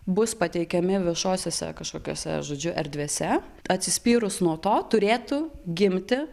bus pateikiami viešosiose kažkokiose žodžiu erdvėse atsispyrus nuo to turėtų gimti